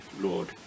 Lord